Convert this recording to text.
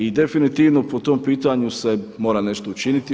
I definitivno po tom pitanju se mora nešto učiniti.